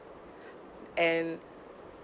and